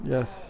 Yes